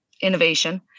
innovation